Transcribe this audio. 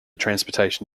transportation